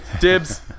Dibs